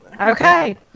Okay